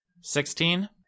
Sixteen